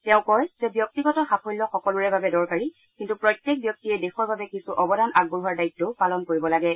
তেওঁ কয় যে ব্যক্তিগত সাফল্য সকলোৰে বাবে দৰকাৰী কিন্তু প্ৰত্যেক ব্যক্তিয়েই দেশৰ বাবে কিছু অৱদান আগবঢ়োৱাৰ দায়িত্বও পালন কৰিব লাগে